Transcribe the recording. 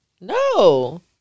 No